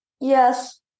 Yes